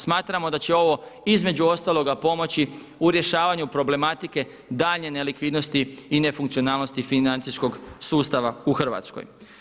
Smatramo da će ovo između ostaloga pomoći u rješavanju problematike daljnje nelikvidnosti i ne funkcionalnosti financijskog sustava u Hrvatskoj.